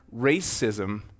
Racism